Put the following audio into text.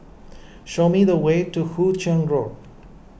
show me the way to Hu Ching Road